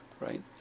right